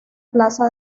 plaza